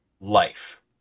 life